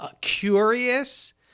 curious